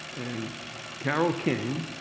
and carole king,